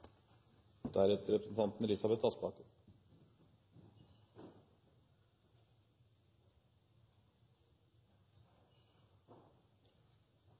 deretter representanten